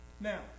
Now